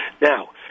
Now